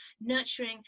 nurturing